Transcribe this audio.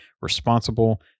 responsible